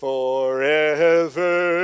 Forever